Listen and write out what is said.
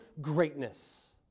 greatness